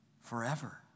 forever